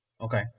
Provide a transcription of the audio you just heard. Okay